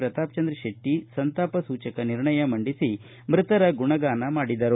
ಪ್ರತಾಪಚಂದ್ರ ಶೆಟ್ಟಿ ಸಂತಾಪ ಸೂಚಕ ನಿರ್ಣಯ ಮಂಡಿಸಿ ಮೃತರ ಗುಣಗಾನ ಮಾಡಿದರು